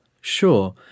Sure